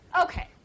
Okay